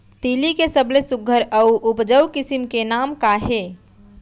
तिलि के सबले सुघ्घर अऊ उपजाऊ किसिम के नाम का हे?